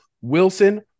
Wilson